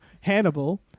Hannibal